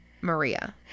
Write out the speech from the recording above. Maria